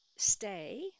Stay